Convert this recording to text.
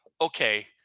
okay